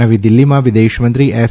નવી દિલ્હીમાં વિદેશમંત્રી એસ